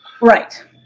Right